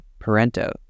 Parento